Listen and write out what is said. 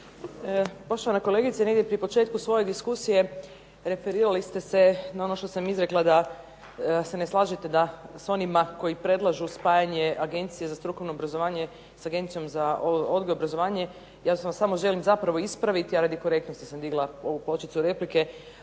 Poštovana kolegice negdje prije početka svoje diskusije referirali ste se na ono što sam izrekla da se ne slažete s onima koji predlažu spajanje Agencije za strukovno obrazovanje sa Agencijom za odgoj i obrazovanje, ja bih sam zapravo željela ispraviti, a radi korektnosti sam digla ovu pločicu replike.